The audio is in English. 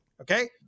Okay